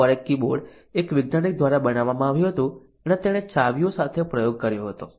Dvorak keyboard એક વૈજ્ઞાનિક દ્વારા બનાવવામાં આવ્યું હતું અને તેણે ચાવીઓ સાથે પ્રયોગ કર્યો હતો